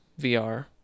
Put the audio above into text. VR